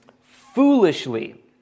Foolishly